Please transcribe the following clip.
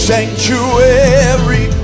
sanctuary